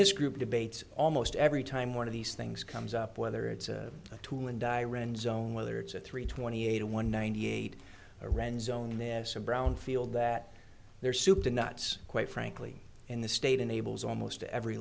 this group debates almost every time one of these things comes up whether it's a tool and die rand zone whether it's at three twenty eight or one ninety eight iran's own nasa brownfield that there soup to nuts quite frankly in the state enables almost every